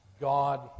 God